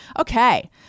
Okay